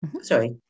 sorry